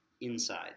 inside